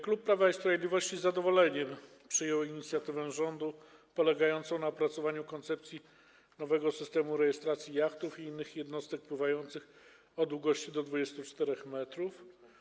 Klub Prawa i Sprawiedliwości z zadowoleniem przyjął inicjatywę rządu polegającą na opracowaniu koncepcji nowego systemu rejestracji jachtów i innych jednostek pływających o długości do 24 m.